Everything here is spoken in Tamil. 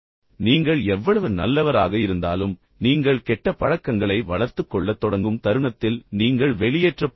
நீங்கள் எவ்வளவு நல்லவராக இருந்தாலும் நீங்கள் கெட்ட பழக்கங்களை வளர்த்துக் கொள்ளத் தொடங்கும் தருணத்தில் நீங்கள் வெளியேற்றப்படுவீர்கள்